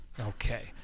Okay